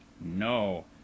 no